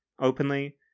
openly